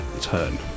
turn